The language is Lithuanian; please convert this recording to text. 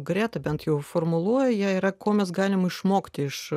greta bent jau formuluoja yra ko mes galim išmokti iš